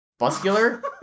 Muscular